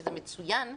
שזה מצוין,